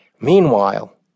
Meanwhile